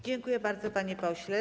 Dziękuję bardzo, panie pośle.